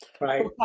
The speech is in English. Right